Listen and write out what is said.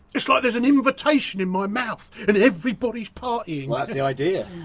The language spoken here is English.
it's like there's an invitation in my mouth and everybody's partying! that's the idea.